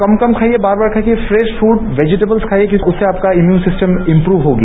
कम कम खाइए बार बार खाइए फ्रेश फूड वेजिटेबल्स खाइए क्योंकि उससे आपका इम्युन सिस्टम इम्प्रूव होगी